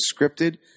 scripted